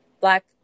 black